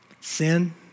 Sin